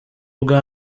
ubwa